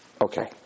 Okay